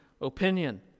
opinion